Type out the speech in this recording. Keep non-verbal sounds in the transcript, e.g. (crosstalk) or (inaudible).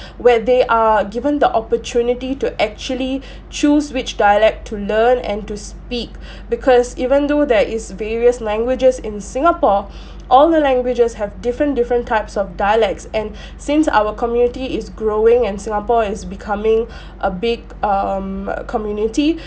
where they are given the opportunity to actually (breath) choose which dialect to learn and to speak (breath) because even though there is various languages in singapore (breath) all the languages have different different types of dialects and (breath) since our community is growing and singapore is becoming (breath) a big um community